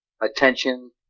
attention